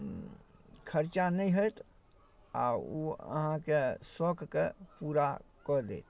खरचा नहि हैत आओर ओ अहाँके सौखके पूरा कऽ देत